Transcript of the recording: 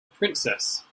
princess